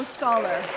Scholar